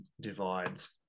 divides